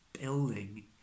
building